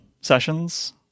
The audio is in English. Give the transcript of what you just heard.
sessions